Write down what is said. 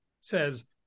says